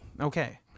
Okay